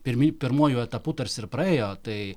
pirmin pirmuoju etapu tarsi ir praėjo tai